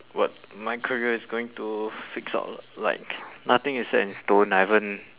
what my career is going to fix out lah like nothing is set in stone I haven't